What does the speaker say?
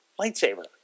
lightsaber